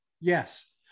Yes